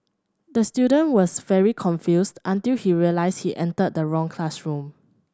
the student was very confused until he realised he entered the wrong classroom